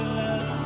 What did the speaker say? love